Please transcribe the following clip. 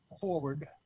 forward